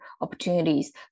opportunities